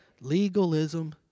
legalism